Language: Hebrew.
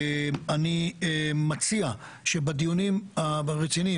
אני מציע שבדיונים הרציניים,